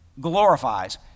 glorifies